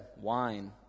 wine